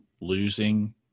losing